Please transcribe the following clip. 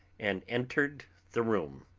and entered the room.